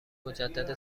مجدد